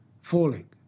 falling